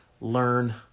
learn